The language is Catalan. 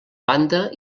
banda